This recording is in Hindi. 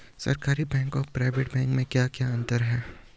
सरकारी बैंक और प्राइवेट बैंक में क्या क्या अंतर हैं?